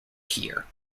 here